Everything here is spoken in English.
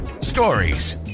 stories